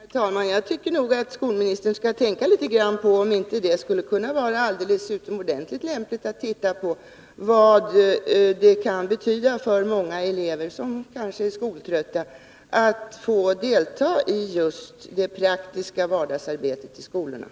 Herr talman! Jag tycker att skolministern borde tänka litet på om det inte vore utomordentligt lämpligt att undersöka vad det kan betyda för elever som kanske är skoltrötta att de får delta i just det praktiska vardagsarbetet i Nr 48